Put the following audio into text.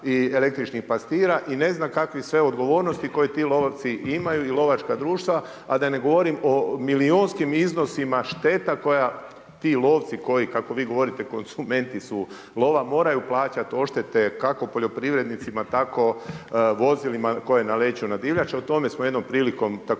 i električnih pastira i ne znam kakvih sve odgovornosti koji ti lovci imaju i lovačka društva, a da ne govorim o milijunskim iznosima šteta koja, koji ti lovci koji kako vi govorite, konzumenti su lova, moraju plaćati odštete kako poljoprivrednicima, tako vozilima koje naleću na divljač. O tome smo jednom prilikom također